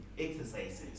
exercises